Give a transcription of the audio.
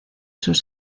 sus